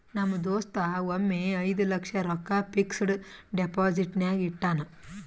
ನಮ್ ದೋಸ್ತ ಒಮ್ಮೆ ಐಯ್ದ ಲಕ್ಷ ರೊಕ್ಕಾ ಫಿಕ್ಸಡ್ ಡೆಪೋಸಿಟ್ನಾಗ್ ಇಟ್ಟಾನ್